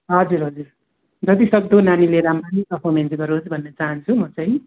हजुर हजुर जति सक्दो नानीले राम्ररी पर्फोरमेन्स गरोस् भन्ने चाहन्छु म चाहिँ